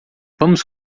vamos